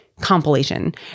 compilation